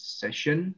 session